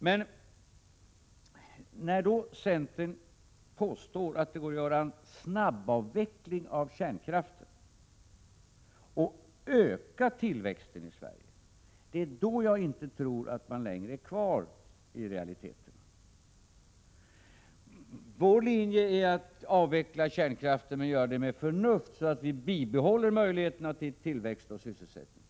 Men när centern påstår att det går att göra en snabbavveckling av kärnkraften och öka tillväxten i Sverige, då tror jag att man inte längre är kvar i realiteten. Vår linje är att avveckla kärnkraften men att göra det med förnuft så att vi bibehåller möjligheterna till tillväxt och sysselsättning.